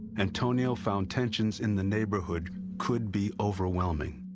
antonio found tensions in the neighborhood could be overwhelming.